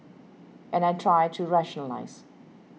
and I try to rationalise